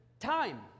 Time